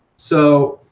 so